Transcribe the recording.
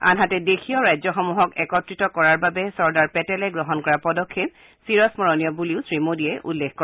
আনহাতে দেশীয় ৰাজ্যসমূহক একত্ৰিত কৰাৰ বাবে চৰ্দাৰ পেটেলে গ্ৰহণ কৰা পদক্ষেপ চিৰস্মৰণীয় বুলিও শ্ৰীমোদীয়ে উল্লেখ কৰে